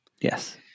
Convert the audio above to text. yes